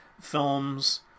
films